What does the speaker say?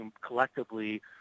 collectively